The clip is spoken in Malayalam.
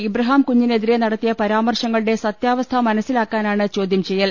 ഇബ്രാഹിം കുഞ്ഞിനെതിരെ നടത്തിയ പരാമർശങ്ങളുടെ സ്ത്യാവസ്ഥ മന സ്റ്റിലാക്കാനാണ് ചോദ്യം ചെയ്യൽ